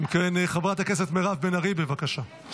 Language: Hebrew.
אם כן, חברת הכנסת מירב בן ארי, בבקשה.